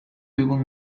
people